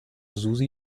susi